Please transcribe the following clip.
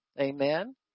Amen